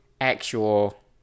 actual